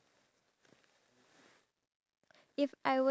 the chicken so bird eat bird